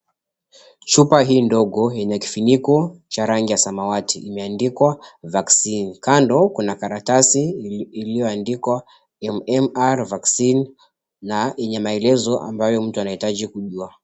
Chupa hii ndogo yenye kifuniko cha rangi ya samawati imeandikwa 'Vaccine'. Kando kuna karatasi iliyo andikwa 'MMR Vaccine' na yenye maelezo ambayo mtu anahitaji kujua.